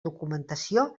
documentació